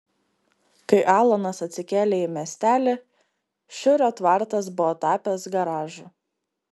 kai alanas atsikėlė į miestelį šiurio tvartas buvo tapęs garažu